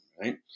right